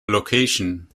location